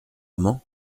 amant